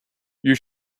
you